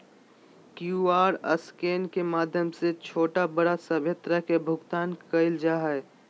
QR scan के माध्यम से छोटा बड़ा सभे तरह के भुगतान कइल जा हइ